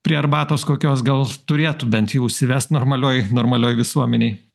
prie arbatos kokios gal turėtų bent jau užsivest normalioj normalioj visuomenėj